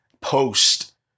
post